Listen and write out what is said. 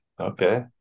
okay